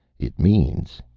it means,